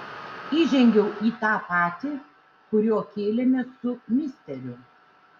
įžengiau į tą patį kuriuo kėlėmės su misteriu